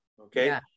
Okay